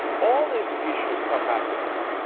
all these issues come back to this.